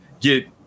get